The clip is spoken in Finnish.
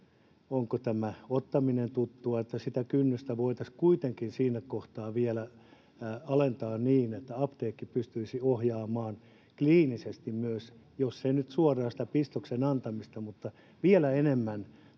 onko tämä ottaminen tuttua, niin sitä kynnystä voitaisiin kuitenkin siinä kohtaa vielä alentaa niin, että apteekki pystyisi ohjaamaan myös kliinisesti, jos ei nyt suoraan sitä pistoksen antamista, niin siten, että